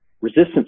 resistance